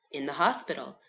in the hospital.